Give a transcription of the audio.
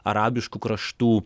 arabiškų kraštų